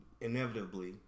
inevitably